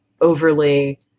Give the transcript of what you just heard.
overly